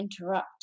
interrupt